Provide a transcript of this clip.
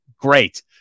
great